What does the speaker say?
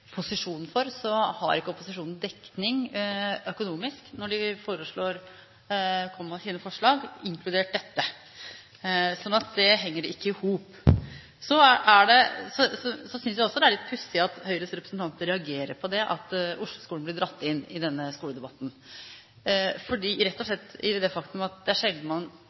har ikke opposisjonen dekning økonomisk når de kommer med sine forslag, inkludert dette. Så det henger ikke i hop. Så synes jeg også det er litt pussig at Høyres representanter reagerer på at Osloskolen blir dratt inn i denne skoledebatten. Det er rett og slett på grunn av det faktum at det er sjelden man